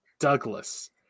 Douglas